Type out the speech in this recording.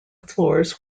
floors